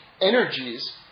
energies